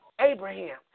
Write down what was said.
Abraham